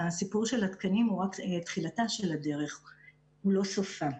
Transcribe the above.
הסיפור של התקנים הוא רק תחילתה של הדרך ולא סופה.